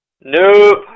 Nope